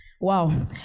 Wow